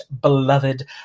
beloved